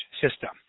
system